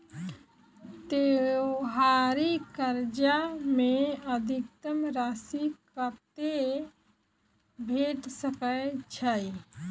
त्योहारी कर्जा मे अधिकतम राशि कत्ते भेट सकय छई?